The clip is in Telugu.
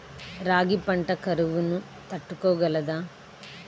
రాగి పంట కరువును తట్టుకోగలదా?